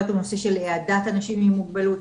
היה את הנושא של העדת אנשים עם מוגבלות